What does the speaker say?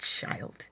child